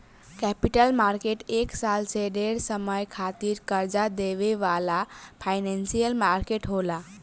capital market एक साल से ढेर समय खातिर कर्जा देवे वाला फाइनेंशियल मार्केट होला